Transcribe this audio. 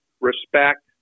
respect